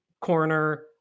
corner